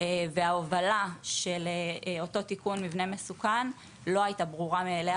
וההובלה של אותו תיקון מבנה מסוכן לא הייתה ברורה מאליה